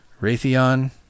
Raytheon